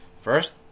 First